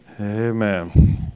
amen